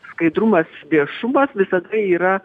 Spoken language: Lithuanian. skaidrumas viešumas visada yra